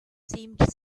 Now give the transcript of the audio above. seemed